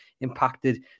impacted